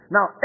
Now